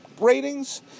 ratings